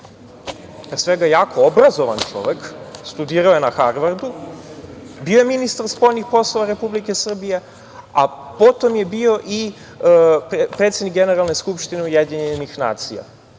pre svega jako obrazovan, studirao je na Harvardu, bio je ministar spoljnih poslova Republike Srbije, a potom je bio i predsednik Generalne skupštine UN. To je